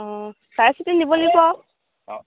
অঁ চাই চিতি নিবলৈ দিব